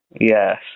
Yes